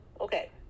okay